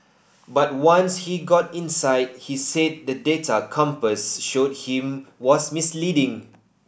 but once he got inside he said the data compass showed him was misleading